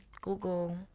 google